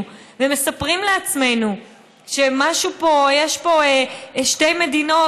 ומספרים לעצמנו שיש פה שתי מדינות,